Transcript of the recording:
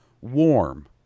warm